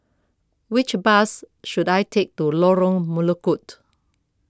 which bus should I take to Lorong Melukut